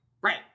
Right